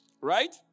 Right